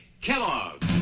Kellogg